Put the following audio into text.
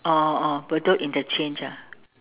oh oh oh Bedok interchange ah